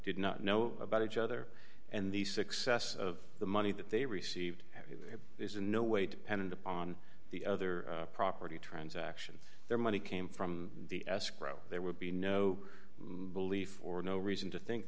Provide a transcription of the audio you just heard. did not know about each other and the success of the money that they received it is in no way depend on the other property transaction their money came from the escrow there would be no belief or no reason to think